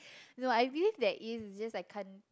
no I believe that it's just I can't